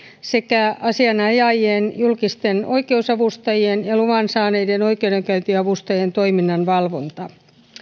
sekä asianajajien julkisten oikeusavustajien ja luvan saaneiden oikeudenkäyntiavustajien toiminnan valvonta